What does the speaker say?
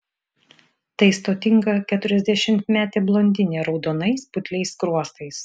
tai stotinga keturiasdešimtmetė blondinė raudonais putliais skruostais